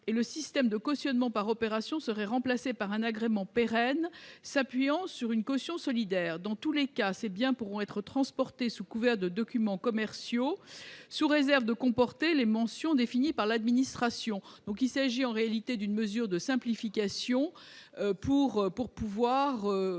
et le système de cautionnement par opération sera remplacé par un agrément pérenne s'appuyant sur une caution solidaire. Dans tous les cas, ces biens pourront être transportés sous couvert de documents commerciaux, sous réserve de comporter les mentions définies par l'administration. Il s'agit en réalité d'une mesure de simplification pour pouvoir